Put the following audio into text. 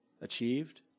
achieved